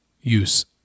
use